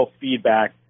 feedback